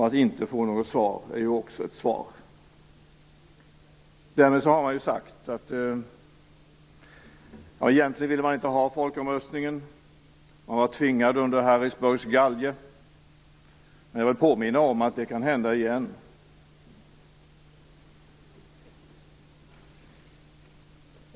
Att inte få något svar är också ett svar. Därmed har man sagt att man egentligen inte ville ha folkomröstningen men att man var tvingad under Harrisburgs galge. Jag vill påminna om att det kan hända igen.